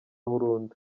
burundu